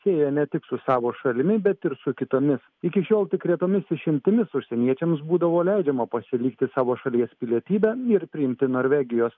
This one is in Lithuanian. sieja ne tik su savo šalimi bet ir su kitomis iki šiol tik retomis išimtimis užsieniečiams būdavo leidžiama pasilikti savo šalies pilietybę ir priimti norvegijos